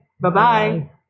Bye-bye